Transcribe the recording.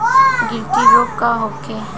गिलटी रोग का होखे?